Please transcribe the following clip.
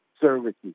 services